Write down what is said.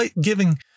giving